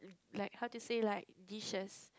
like how to say like dishes